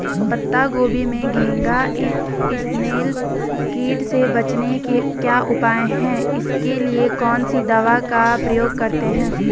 पत्ता गोभी में घैंघा इसनैल कीट से बचने के क्या उपाय हैं इसके लिए कौन सी दवा का प्रयोग करते हैं?